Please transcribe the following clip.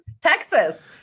Texas